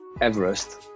Everest